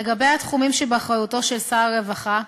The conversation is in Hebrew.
לגבי התחומים שבאחריותו של שר הרווחה,